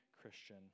Christian